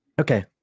Okay